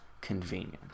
convenient